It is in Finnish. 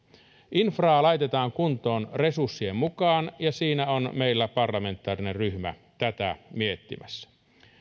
infraa laitetaan kuntoon resurssien mukaan ja siinä on meillä parlamentaarinen ryhmä tätä miettimässä